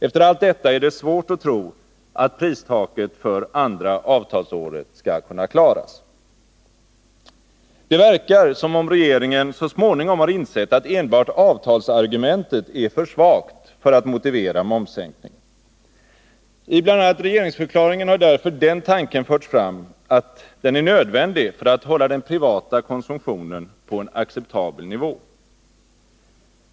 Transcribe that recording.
Efter allt detta är det svårt att tro att pristaket för andra avtalsåret skall kunna klaras. Det verkar som om regeringen så småningom har insett att enbart avtalsargumentet är för svagt för att motivera momssänkningen. I bl.a. regeringsförklaringen har därför den tanken förts fram att momssänkningen är nödvändig för att hålla den privata konsumtionen på en acceptabel nivå.